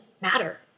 matter